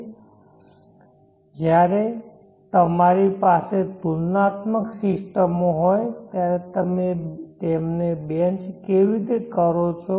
તેથી જ્યારે તમારી પાસે તુલનાત્મક સિસ્ટમો હોય ત્યારે તમે તેમને બેંચ કેવી રીતે કરો છો